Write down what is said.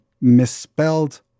misspelled